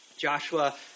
Joshua